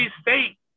State